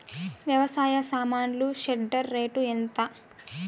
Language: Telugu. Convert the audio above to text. వ్యవసాయ సామాన్లు షెడ్డర్ రేటు ఎంత?